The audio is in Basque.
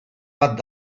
bat